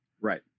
Right